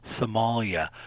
Somalia